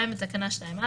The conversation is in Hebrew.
2 לתקנה 2,